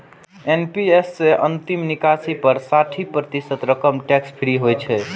NPS सं अंतिम निकासी पर साठि प्रतिशत रकम टैक्स फ्री होइ छै